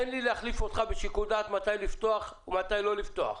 תן לי להחליף את שיקול הדעת שלך מתי לפתוח ומתי לא לפתוח.